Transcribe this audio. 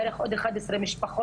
בערך עוד 11 משפחות,